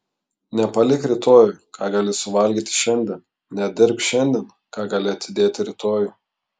nepalik rytojui ką gali suvalgyti šiandien nedirbk šiandien ką gali atidėti rytojui